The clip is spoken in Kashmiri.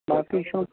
باقٕے چھُ